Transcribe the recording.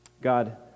God